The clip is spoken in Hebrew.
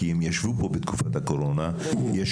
כי הם ישבו פה בתקופת הקורונה וקיבלנו התחייבויות